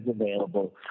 available